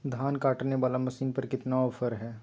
धान काटने वाला मसीन पर कितना ऑफर हाय?